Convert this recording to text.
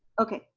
okay,